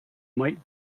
might